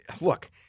look